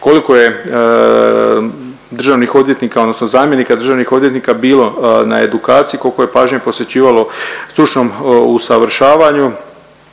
koliko je državnih odvjetnika odnosno zamjenika državnih odvjetnika bilo na edukaciji, koliko je pažnje posvećivalo stručnom usavršavanju.